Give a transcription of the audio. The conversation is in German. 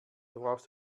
brauchst